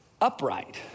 upright